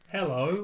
Hello